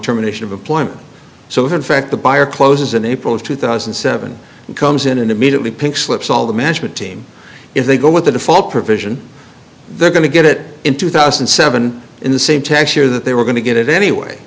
terminations of employment so if in fact the buyer closes in april of two thousand and seven and comes in and immediately pink slips all the management team if they go with the default provision they're going to get it in two thousand and seven in the same tax year that they were going to get it anyway